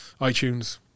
iTunes